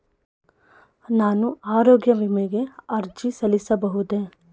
ನಾನು ಆರೋಗ್ಯ ವಿಮೆಗೆ ಅರ್ಜಿ ಸಲ್ಲಿಸಬಹುದೇ?